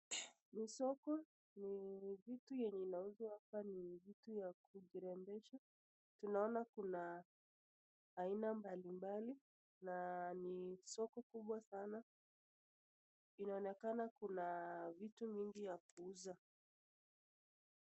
Ni soko ni vitu inauzwa hapa ni vitu ya kujirembesha, tunaona kuna aina mbalimbali nani soko kubwa sana inaonekana kuna vitu mingi ya kuuzwa.